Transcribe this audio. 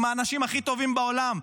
עם האנשים הכי טובים בעולם.